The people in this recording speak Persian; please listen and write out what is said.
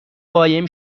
قایم